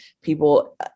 people